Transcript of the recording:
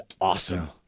awesome